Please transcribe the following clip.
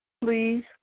Please